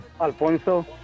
Alfonso